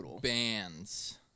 bands